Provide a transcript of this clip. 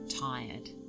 tired